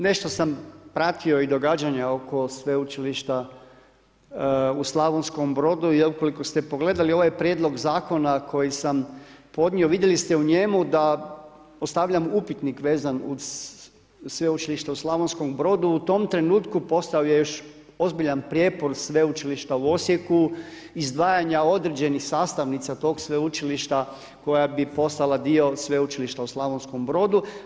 Nešto sam pratio i događanja oko Sveučilišta u Slavonskom Brodu i ukoliko ste pogledali ovaj prijedlog zakona koji sam podnio, vidjeli ste u njemu da ostavljam upitnik vezan uz Sveučilište u Slavonskom Brodu u tom trenutku postojao je još ozbiljan prijepor Sveučilišta u Osijeku, izdvajanju određenih sastavnica tog sveučilišta koja bi postala dio Sveučilišta u Slavonskom Brodu.